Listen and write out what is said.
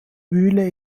mühle